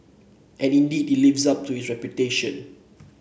and indeed it lives up to its reputation